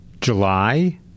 July